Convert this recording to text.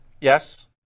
Yes